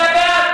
תצביע בעד.